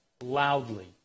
loudly